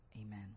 Amen